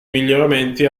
miglioramenti